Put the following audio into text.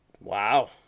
Wow